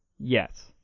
Yes